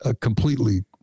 completely